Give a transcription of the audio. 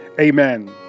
Amen